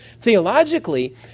theologically